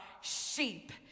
sheep